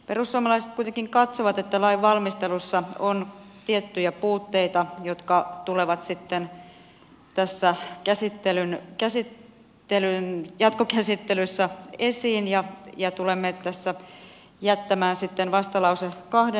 perussuomalaiset kuitenkin katsovat että lainvalmistelussa on tiettyjä puutteita jotka tulevat sitten tässä jatkokäsittelyssä esiin ja tämä sitten vastalause kohde